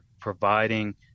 providing